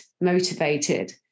motivated